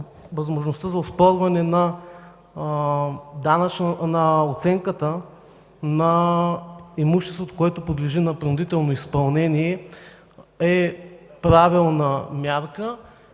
възможността за оспорване на оценката на имуществото, което подлежи на принудително изпълнение, е правилна мярка,